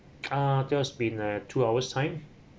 ah just been like two hours' time